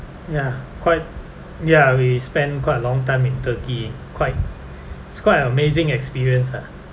ya quite ya we spent quite a long time in turkey quite it's quite a amazing experience ah